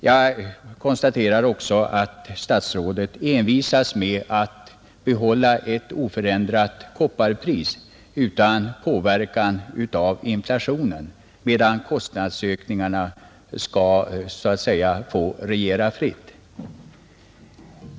Jag konstaterar också att statsrådet envisas med att räkna med ett oförändrat kopparpris utan påverkan av inflationen, medan kostnadsökningarna skall så att säga få regera fritt.